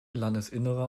landesinnere